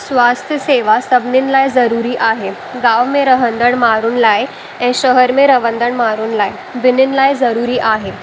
स्वास्थ्य सेवा सभिनीनि लाइ ज़रूरी आहे गांव में रहंदड़ु माण्हुनि लाइ ऐं शहर में रहंदड़ु माण्हुनि लाइ ॿिन्हिनि लाइ ज़रूरी आहे